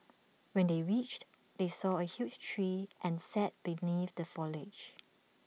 when they reached they saw A huge tree and sat beneath the foliage